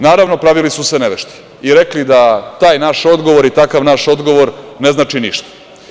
Naravno, pravili su se nevešti i rekli da taj naš odgovor i takav naš odgovor ne znači ništa.